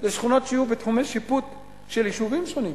אלא שכונות שיהיו בתחומי שיפוט של יישובים שונים.